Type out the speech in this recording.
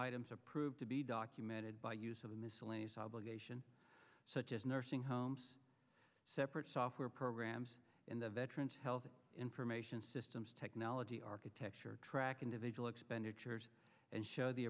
items approved to be documented by use of the miscellaneous obligation such as nursing homes separate software programs in the veterans health information systems technology architecture track individual expenditures and show the